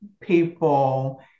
people